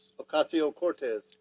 Ocasio-Cortez